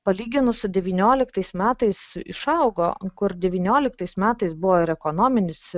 palyginus su devynioliktais metais išaugo kur devynioliktais metais buvo ir ekonominis